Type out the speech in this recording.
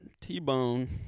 T-Bone